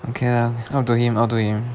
okay lah outdo him outdo him